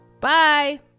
Bye